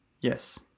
yes